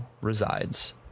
resides